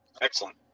Excellent